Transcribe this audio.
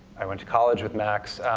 i went to college with max,